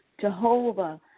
Jehovah